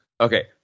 Okay